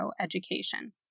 Education*